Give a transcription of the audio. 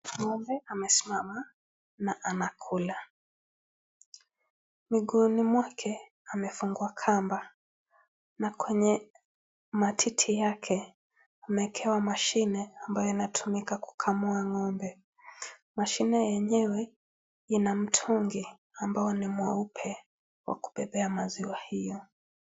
Ng'ombe amesimama na anakula. Miguuni mwake amefungwa kamba na kwenye matiti yake ameekewa mashine ambayo inatumika kukamua ngombe. Mashine yenyewe ina mtungi ambayo ni mweupe wa kubebea maziwa hayo.